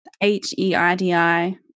h-e-i-d-i